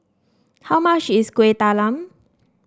how much is Kueh Talam